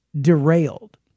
derailed